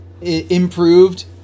improved